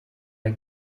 der